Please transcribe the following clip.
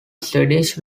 swedish